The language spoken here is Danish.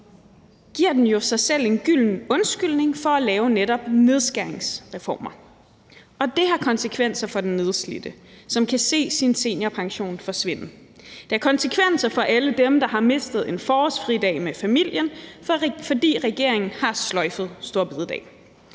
giver den jo sig selv en gylden undskyldning for at lave netop nedskæringsreformer, og det har konsekvenser for den nedslidte, som kan se sin seniorpension forsvinde; det har konsekvenser for alle dem, der har mistet en forårsfridag med familien, fordi regeringen har sløjfet store bededag;